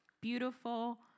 beautiful